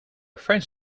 french